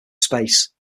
space